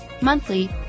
monthly